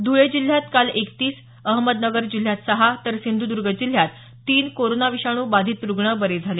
ध्रळे जिल्ह्यात काल एकतीस अहमदनगर जिल्ह्यात सहा तर सिंधुदर्ग जिल्ह्यात तीन कोरोना विषाणू बाधित रुग्ण बरे झाले